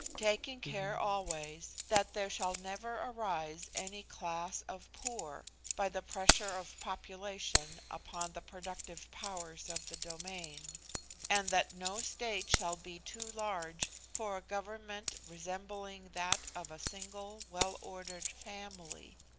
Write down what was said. taking care always that there shall never arise any class of poor by the pressure of population upon the productive powers of the domain and that no state shall be too large for a government resembling that of a single well-ordered family.